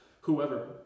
whoever